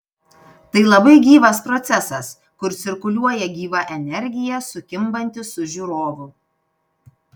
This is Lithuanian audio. tai labai gyvas procesas kur cirkuliuoja gyva energija sukimbanti su žiūrovu